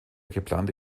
geplante